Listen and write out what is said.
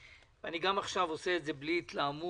וגם עכשיו אני עושה את זה בלי התלהמות,